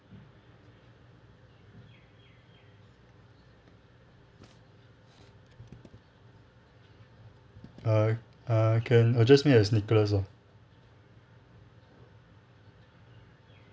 err err can address me as nicholas loh